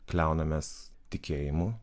kliaunamės tikėjimu